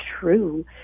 true